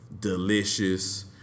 Delicious